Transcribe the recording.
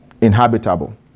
inhabitable